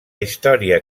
història